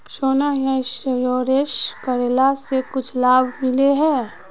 सोना यह इंश्योरेंस करेला से कुछ लाभ मिले है?